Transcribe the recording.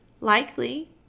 Likely